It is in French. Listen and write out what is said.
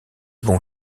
bon